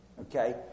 Okay